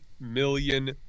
million